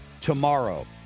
tomorrow